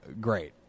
great